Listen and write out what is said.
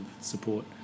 support